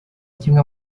kimwe